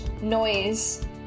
noise